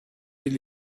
bir